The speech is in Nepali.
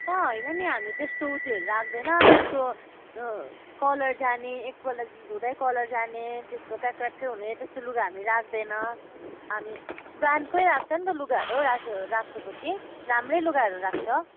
कहाँ होइन नि हामी त्यस्तो ऊ त्योहरू राख्दैन त्यस्तो कलर जाने एकपल्ट चाहिँ धुँदै कलर जाने त्यस्तो क्याक्रक्कै हुने त्यस्तो लुगा हामी राख्दैनौ हामी ब्रान्डकै आउँछ नि त लुगाहरू राख्यो राखेपछि राम्रै लुगाहरू राख्छ